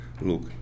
Look